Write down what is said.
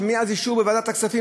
מאז אישורו בוועדת הכספים,